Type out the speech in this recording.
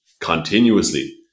continuously